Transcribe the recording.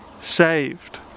saved